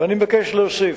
ואני מבקש להוסיף,